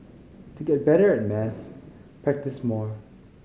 to get better at maths practise more